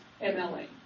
MLA